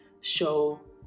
show